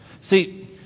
See